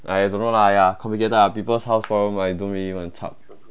I don't know lah !aiya! complicated lah people's house problem I don't really want to chap